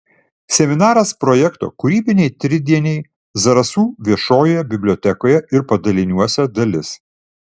seminaras projekto kūrybiniai tridieniai zarasų viešojoje bibliotekoje ir padaliniuose dalis